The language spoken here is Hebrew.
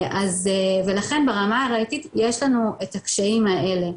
ולכן ברמה הראייתית לנו את הקשיים האלה.